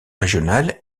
régional